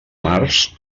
març